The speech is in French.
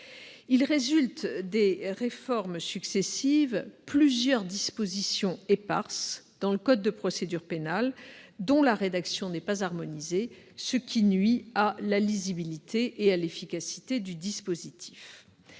Il résulte des réformes successives plusieurs dispositions éparses dans le code de procédure pénale, dont la rédaction n'est pas harmonisée, ce qui nuit à la lisibilité et à l'efficacité du dispositif.